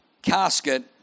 casket